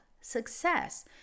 success